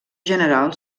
general